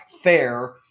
fair